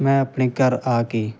ਮੈਂ ਆਪਣੇ ਘਰ ਆ ਕੇ